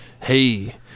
Hey